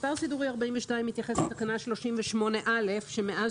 מספר סידורי 42 מתייחס לתקנה 38(א) שמאז